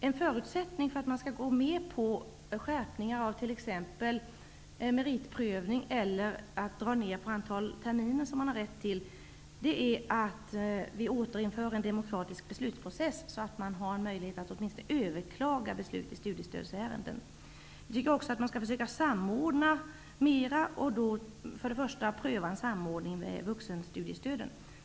En förutsättning för att man skall gå med på en skärpning av t.ex. meritprövning eller en neddragning av det antal terminer som man har rätt till, är att vi återinför en demokratisk beslutsprocess så att man har möjlighet att överklaga beslut i studiestödsärenden. Jag tycker att man också skall försöka samordna mer; framför allt pröva en samordning med vuxenstudiestöden.